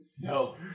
No